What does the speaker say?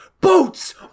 Boats